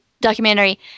documentary